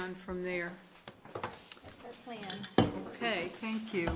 on from there ok thank you